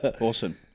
Awesome